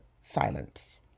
silence